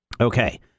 Okay